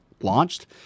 launched